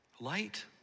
Light